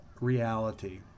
reality